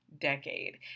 decade